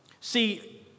See